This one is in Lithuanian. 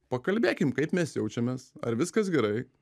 pakalbėkim kaip mes jaučiamės ar viskas gerai